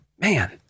Man